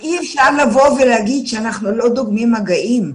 אז אי אפשר לבוא ולהגיד שאנחנו לא דוגמים מגעים.